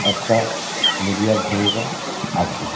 একটা মিডিয়ার ভূমিকা আছে